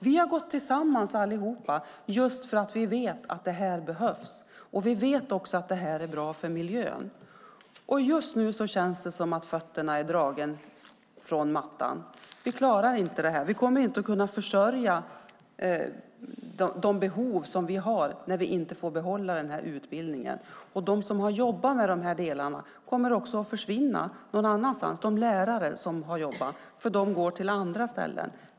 Vi har gått samman just för att vi vet att detta behövs. Vi vet också att det är bra för miljön. Just nu känns det som att fötterna är dragna från mattan. Vi klarar inte detta. Vi kommer inte att kunna fylla de behov vi har när vi inte får behålla utbildningen. De lärare som har jobbat med dessa delar kommer också att försvinna någon annanstans och gå till andra ställen.